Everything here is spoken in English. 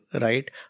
right